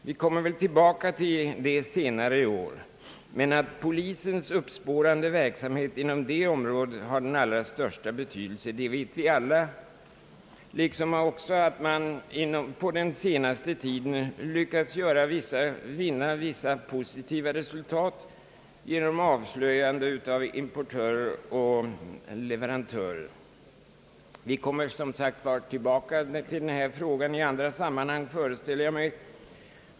Vi kommer tillbaka till det senare i år. Att polisens uppspårande verksamhet inom det området har den allra största betydelse vet vi alla, liksom också att man på den senaste tiden lyckats vinna vissa positiva resultat genom avslöjande av importörer och leverantörer. Jag föreställer mig att vi, som sagt, kommer tillbaka till den här frågan i andra sammanhang.